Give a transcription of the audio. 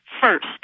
first